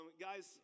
Guys